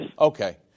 Okay